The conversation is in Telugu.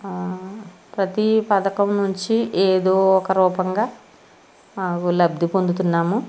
ప్రతీ పథకం నుంచి ఏదో ఒక రూపంగా లబ్ది పొందుతున్నాము